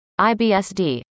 IBSD